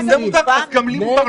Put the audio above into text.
אז גם לי מותר,